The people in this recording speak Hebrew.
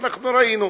אנחנו ראינו.